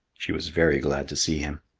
she was very glad to see him.